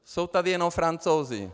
Jsou tady jenom Francouzi.